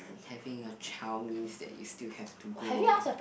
having a child means that you still have to grow